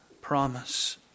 promise